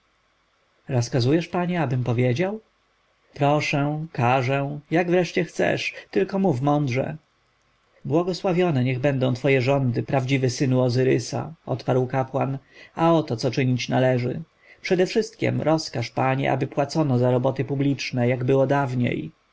rozkazujesz panie abym powiedział proszę każę jak wreszcie chcesz tylko mów mądrze błogosławione niech będą twoje rządy prawdziwy synu ozyrysa odparł kapłan a oto co czynić należy przedewszystkiem rozkaż panie aby płacono za roboty publiczne jak było dawniej